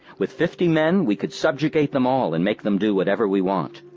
with fifty men, we could subjugate them all and make them do whatever we want.